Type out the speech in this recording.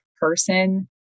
person